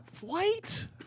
White